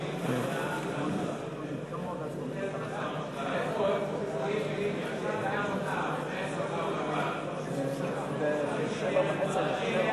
בזכות הבית היהודי.